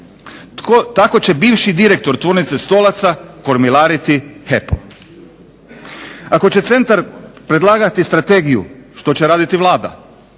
Tako će bivši direktor tvornice stolaca kormilariti HEP-om. Ako će centar predlagati strategiju što će raditi Vlada?